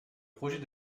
projet